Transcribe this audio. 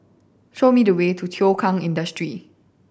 show me the way to Thow Kwang Industry